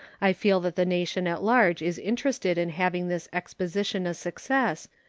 i feel that the nation at large is interested in having this exposition a success,